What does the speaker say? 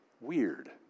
Weird